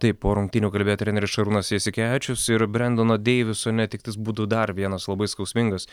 taip po rungtynių kalbėjo treneris šarūnas jasikevičius ir brendono deiviso netektis būtų dar vienas labai skausmingas